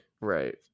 Right